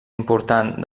important